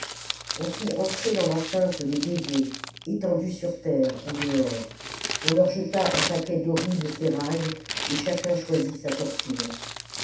on fit entrer dans i'enceinte les dévoués étendus sur terre en dehors on leur jeta un paquet d'horribles ferrailles et chacun choisit sa torture